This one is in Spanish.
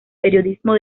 periodismo